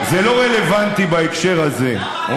זה לא רלוונטי בהקשר הזה.